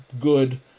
good